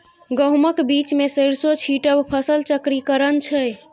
गहुमक बीचमे सरिसों छीटब फसल चक्रीकरण छै